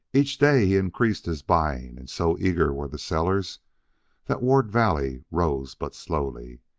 each day he increased his buying, and so eager were the sellers that ward valley rose but slowly.